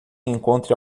encontre